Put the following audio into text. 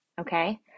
okay